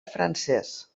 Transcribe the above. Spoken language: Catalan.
francès